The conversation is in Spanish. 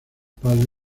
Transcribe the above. padres